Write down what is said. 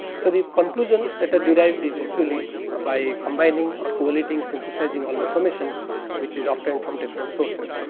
so, the conclusions that are derived is actually ah by combining or collating synthesizing all information which is obtained from different sources. so,